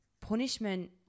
punishment